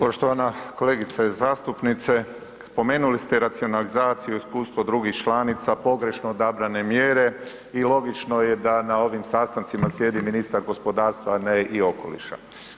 Poštovana kolegice zastupnice, spomenuli ste racionalizaciju i iskustvo drugih članica, pogrešno odabrane mjere i logično je da na ovim sastancima sjedi ministar gospodarstva a ne i okoliša.